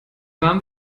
warm